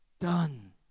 Done